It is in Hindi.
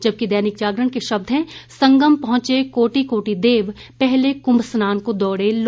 जबकि दैनिक जागरण के शब्द हैं संगम पहुंचे कोटि कोटि देव पहले कुंभ स्नान को दौड़े लोग